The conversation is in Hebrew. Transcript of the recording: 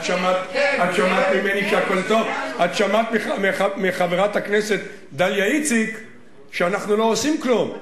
את שמעת מחברת הכנסת דליה איציק שאנחנו לא עושים כלום.